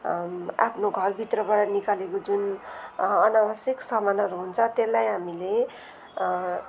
आफ्नो घरभित्रबाट निकालेको जुन अनावश्यक सामानहरू हुन्छ त्यसलाई हामीले